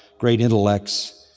great intellects.